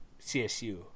CSU